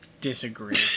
disagree